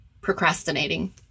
procrastinating